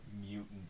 mutant